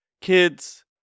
Kids